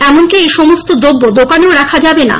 এমনকি এই সমস্ত দ্রব্য দোকানেও রাখা যাবেনা